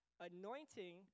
anointing